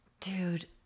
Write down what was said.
Dude